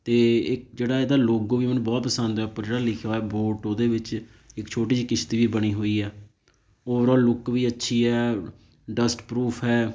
ਅਤੇ ਇੱਕ ਜਿਹੜਾ ਇਹਦਾ ਲੋਗੋ ਵੀ ਮੈਨੂੰ ਬਹੁਤ ਪਸੰਦ ਆ ਉੱਪਰ ਜਿਹੜਾ ਲਿਖਿਆ ਹੋਇਆ ਬੋਟ ਉਹਦੇ ਵਿੱਚ ਇੱਕ ਛੋਟੀ ਜਿਹੀ ਕਿਸ਼ਤੀ ਵੀ ਬਣੀ ਹੋਈ ਆ ਓਵਰਆਲ ਲੁਕ ਵੀ ਅੱਛੀ ਹੈ ਡਸਟ ਪਰੂਫ ਹੈ